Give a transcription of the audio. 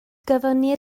gofynnir